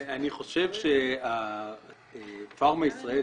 אני חושב שפארמה ישראל,